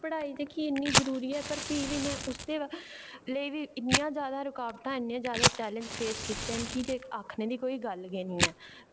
पढ़ाई जेह्की इन्नी जरूरी ऐ पर भी बी में उसदे लेई इन्नियां जादा रुकावटां इन्ने जादा चैलेंज़ फेस कीते की के आक्खने दी कोई गल्ल गै निं ऐ